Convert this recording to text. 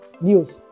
news